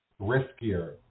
riskier